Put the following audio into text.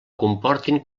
comportin